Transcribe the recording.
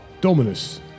Dominus